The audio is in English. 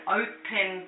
open